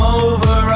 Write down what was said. over